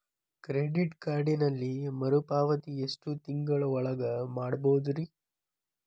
Credit ಕಾರ್ಡಿನಲ್ಲಿ ಮರುಪಾವತಿ ಎಷ್ಟು ತಿಂಗಳ ಒಳಗ ಮಾಡಬಹುದ್ರಿ?